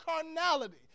carnality